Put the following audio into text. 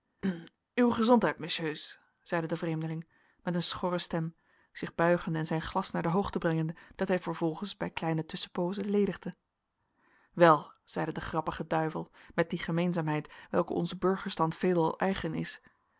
uwe gezondheid messieurs zeide de vreemdeling met een schorre stem zich buigende en zijn glas naar de hoogte brengende dat hij vervolgens bij kleine tusschenpoozen ledigde wel zeide de grappige duivel met die gemeenzaamheid welke onzen burgerstand veelal eigen is